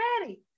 ready